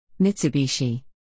Mitsubishi